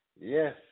Yes